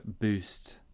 boost